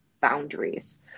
boundaries